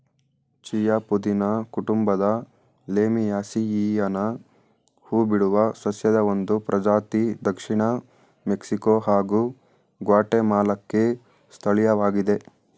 chia ಪುದೀನ ಕುಟುಂಬದ ಲೇಮಿಯೇಸಿಯಿಯನ ಹೂಬಿಡುವ ಸಸ್ಯದ ಒಂದು ಪ್ರಜಾತಿ ದಕ್ಷಿಣ ಮೆಕ್ಸಿಕೊ ಹಾಗೂ ಗ್ವಾಟೆಮಾಲಾಕ್ಕೆ ಸ್ಥಳೀಯವಾಗಿದೆ